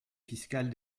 fiscales